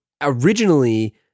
originally